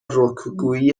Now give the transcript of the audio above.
رکگویی